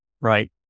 Right